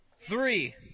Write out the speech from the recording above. Three